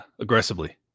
aggressively